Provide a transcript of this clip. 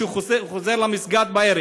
כשהוא חוזר למסגד בערב,